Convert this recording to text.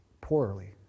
poorly